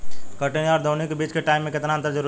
कटनी आउर दऊनी के बीच के टाइम मे केतना अंतर जरूरी बा?